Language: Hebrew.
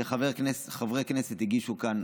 כשחברי כנסת הגישו כאן,